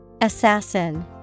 Assassin